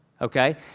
Okay